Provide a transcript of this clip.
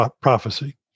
prophecy